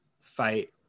fight